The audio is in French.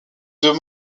deux